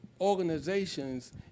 organizations